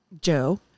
Joe